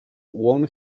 won